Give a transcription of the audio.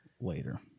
later